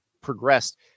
progressed